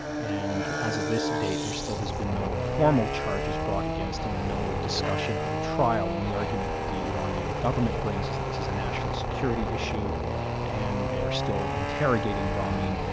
and as of this date, there still has been no formal charges brought against him, and no discussion of a trial, and the argument that the iranian government brings is that this is a national security issue and they're still interrogating ramin.